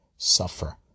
suffer